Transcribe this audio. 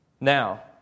Now